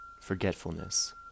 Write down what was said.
forgetfulness